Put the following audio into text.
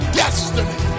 destiny